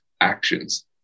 actions